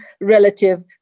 relative